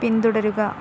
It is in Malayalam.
പിന്തുടരുക